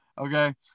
Okay